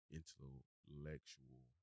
intellectual